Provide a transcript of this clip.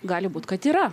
gali būt kad yra